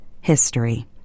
History